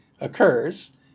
occurs